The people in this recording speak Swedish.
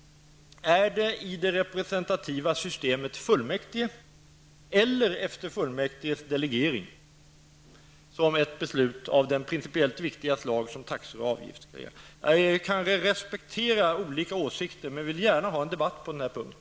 Skall i det representativet principiellt viktiga beslut som taxor och avgifter fattas av fullmäktige eller av någon annan efter fullmäktiges delegering? Jag kan respektera olika åsikter, men jag vill gärna ha en debatt på denna punkt.